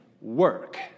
work